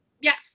Yes